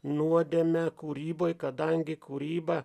nuodėmę kūryboj kadangi kūryba